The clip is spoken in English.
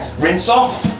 rinse off.